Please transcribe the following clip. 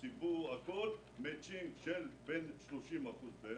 המצב הוא קטסטרופאלי.